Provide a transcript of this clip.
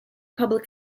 public